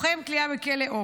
לוחם כליאה בכלא עופר,